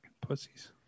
pussies